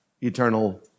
eternal